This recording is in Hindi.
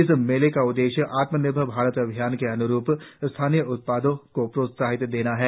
इस मेले का उद्देश्य आत्मनिर्भर भारत अभियान के अन्रूप स्थानीय उत्पादों को प्रोत्साहन देना है